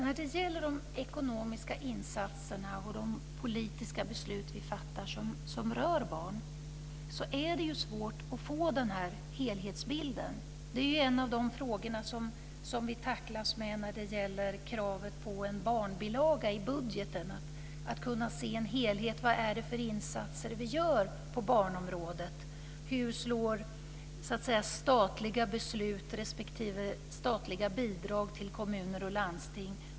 Fru talman! Det är svårt att få en helhetsbild över de ekonomiska insatser och politiska beslut som berör barn. Det är en av de frågor som vi brottas med mot bakgrund av kravet på en barnbilaga i budgeten. Vilka insatser görs på barnområdet? Hur slår statliga beslut om bidrag till kommuner och landsting?